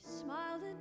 smiled